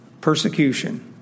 Persecution